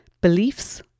Beliefs